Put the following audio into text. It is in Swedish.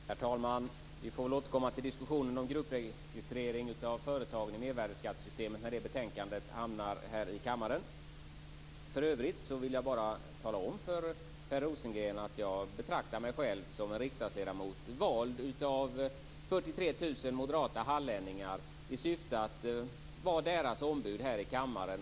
Herr talman! Vi får väl återkomma till diskussionen om gruppregistrering av företagen i mervärdesskattesystemet när det betänkandet hamnar här i kammaren. För övrigt vill jag bara tala om för Per Rosengren att jag betraktar mig själv som en riksdagsledamot som är vald av 43 000 moderata hallänningar i syfte att vara deras ombud här i kammaren.